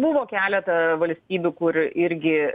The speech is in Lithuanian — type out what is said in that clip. buvo keleta valstybių kur irgi